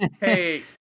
hey